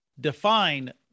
define